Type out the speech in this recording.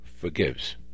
forgives